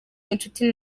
inshuti